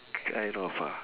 kind of ah